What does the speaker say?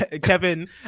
Kevin